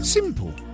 Simple